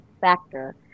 factor